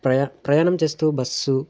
ప్రయా ప్రయాణం చేస్తూ బస్సు